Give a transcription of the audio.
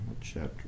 chapter